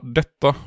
detta